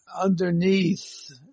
underneath